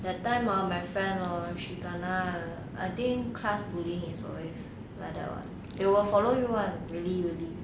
that time one of my friend hor she kena err I think class bully it's always like that [one] they will follow you [one] really really